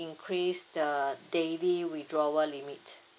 increase the daily withdrawal limit